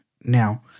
Now